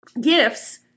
gifts